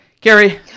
Gary